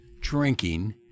drinking